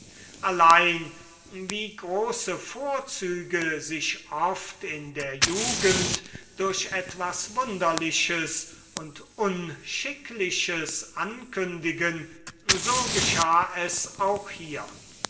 allein wie große vorzüge sich oft in der jugend durch etwas wunderliches und unschickliches ankündigen so geschah es auch hier